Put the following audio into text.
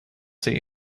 see